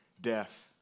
Death